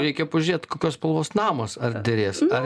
reikia pažiūrėt kokios spalvos namas ar derės ar